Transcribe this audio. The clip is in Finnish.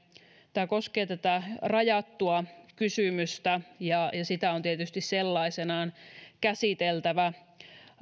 tämä koskee tätä rajattua kysymystä ja tätä on tietysti sellaisenaan käsiteltävä